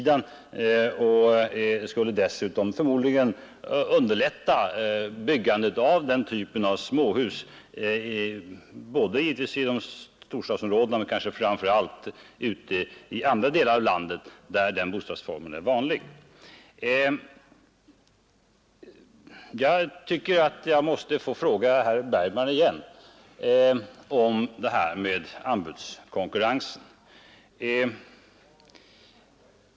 Det skulle däremot förmodligen underlätta byggandet av den typen av småhus som framför allt förekommer i landsorten. Jag tycker att jag måste få fråga herr Bergman igen om det här med anbudskonkurrensen.